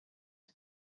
you